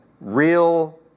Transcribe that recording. Real